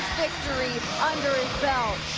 victory under his belt.